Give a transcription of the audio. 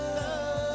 love